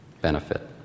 benefit